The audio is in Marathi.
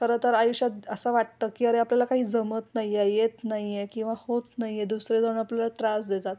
खं तर आयुष्यात असं वाटतं की अरे आपल्याला काही जमत नाहीये येत नाईये किंवा होत नाहीये दुसरे जणं आपल्याला त्रास देतात